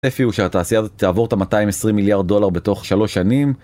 הצפי הוא שהתעשייה הזאת תעבור את ה-220 מיליארד דולר בתוך שלוש שנים